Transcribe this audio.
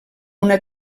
una